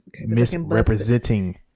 misrepresenting